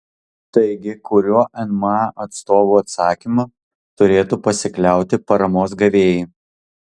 taigi kuriuo nma atstovų atsakymu turėtų pasikliauti paramos gavėjai